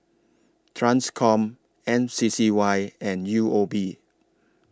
TRANSCOM M C C Y and U O B